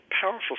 powerful